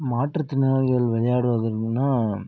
மாற்றுத்திறனாளிகள் விளையாடுவதுன்னா